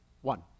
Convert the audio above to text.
One